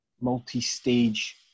multi-stage